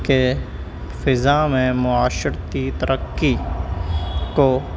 کے فضا میں معاشرتی ترقی کو